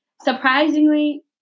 Surprisingly